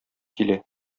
килә